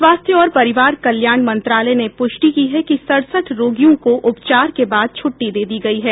स्वास्थ्य और परिवार कल्याण मंत्रालय ने पुष्टि की है कि सड़सठ रोगियों को उपचार के बाद छुट्टी दे दी गयी है